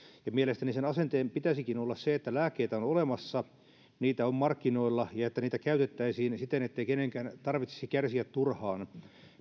ja mielestäni sen asenteen pitäisikin olla se että lääkkeitä on olemassa niitä on markkinoilla ja niitä käytettäisiin siten ettei kenenkään tarvitsisi kärsiä turhaan